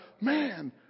man